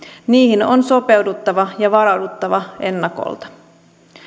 niihin on sopeuduttava ja varauduttava ennakolta